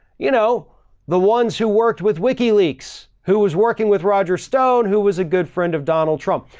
you know the ones who worked with wikileaks who was working with roger stone who was a good friend of donald trump.